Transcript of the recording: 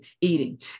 eating